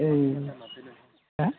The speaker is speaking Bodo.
ए हा